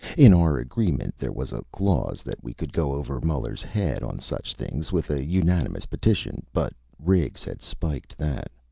in our agreement, there was a clause that we could go over muller's head on such things with a unanimous petition but riggs had spiked that.